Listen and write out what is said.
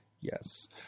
yes